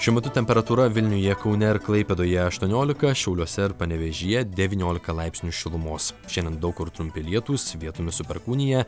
šiuo metu temperatūra vilniuje kaune ir klaipėdoje aštuoniolika šiauliuose ir panevėžyje devyniolika laipsnių šilumos šiandien daug kur trumpi lietūs vietomis su perkūnija